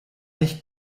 nicht